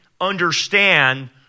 understand